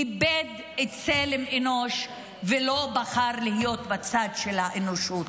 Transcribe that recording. איבד צלם אנוש ולא בחר להיות בצד של האנושות.